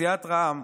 סיעת רע"מ,